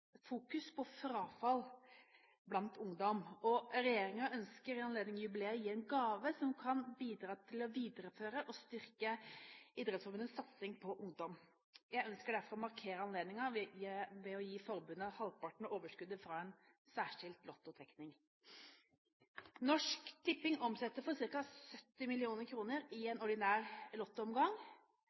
på frafall blant ungdom, og regjeringen ønsker i anledning jubileet å gi en gave som kan bidra til å videreføre og styrke Idrettsforbundets satsing på ungdom. Jeg ønsker derfor å markere anledningen ved å gi forbundet halvparten av overskuddet fra en særskilt lottotrekning. Norsk Tipping omsetter for ca. 70 mill. kr i en ordinær